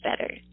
better